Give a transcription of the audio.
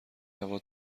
هوا